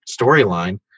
storyline